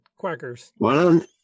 quackers